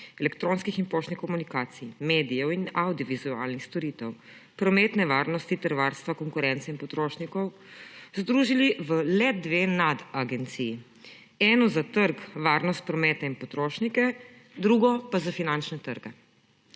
elektronskih in poštnih komunikacij, medijev in avdiovizualnih storitev, prometne varnosti ter varstva konkurence in potrošnikov združili v le dve nadagenciji; eno za trg, varnost prometa in potrošnike, drugo pa za finančne trge.